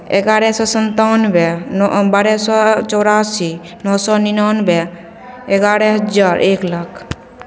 एगारह सओ सन्तानबे नओ बारह सओ चौरासी नओ सओ निनानबे एगारह हजार एक लाख